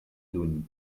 lluny